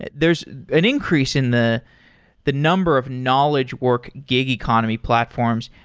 and there's an increase in the the number of knowledge work gig economy platforms,